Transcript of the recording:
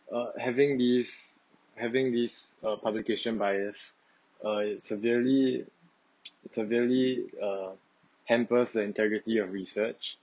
uh having this having this err publication bias uh it severely severely uh hampers the integrity of research